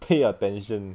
pay attention